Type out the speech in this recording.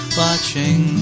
watching